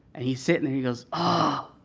and he's sitting there, he goes ahhh,